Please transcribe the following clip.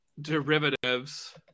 derivatives